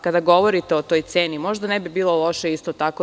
Kada govorite o toj ceni, mislim da možda ne bi bilo loše isto tako…